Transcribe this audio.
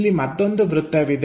ಇಲ್ಲಿ ಮತ್ತೊಂದು ವೃತ್ತವಿದೆ